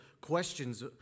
questions